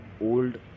old